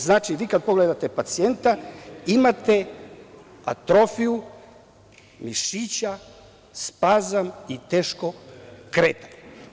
Znači, vi kada pogledate pacijenta imate atrofiju mišića, spazam i teško kretanje.